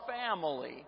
family